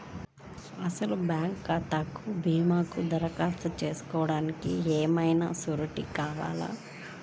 అసలు బ్యాంక్లో భీమాకు దరఖాస్తు చేసుకోవడానికి ఏమయినా సూరీటీ కావాలా?